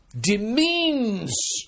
demeans